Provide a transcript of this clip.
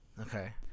Okay